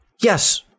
Yes